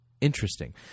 Interesting